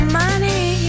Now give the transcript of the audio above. money